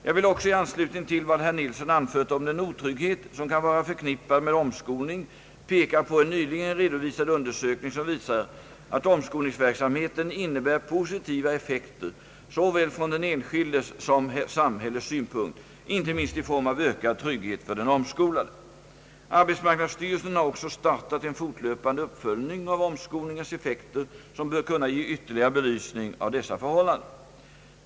Jag vill också i anslutning till vad herr Nilsson anfört om den otrygghet som kan vara förknippad med omskolning peka på en nyligen redovisad undersökning som visar att omskolningsverksamheten innebär positiva effekter såväl från den enskildes som samhällets synpunkt inte minst i form av ökad trygghet för den omskolade. Arbetsmarknadsstyrelsen har också startat en fortlöpande uppföljning av omskolningens effekter som bör kunna ge ytterligare belysning av dessa förhållanden.